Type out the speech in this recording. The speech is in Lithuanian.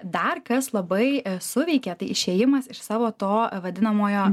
dar kas labai suveikė tai išėjimas iš savo to vadinamojo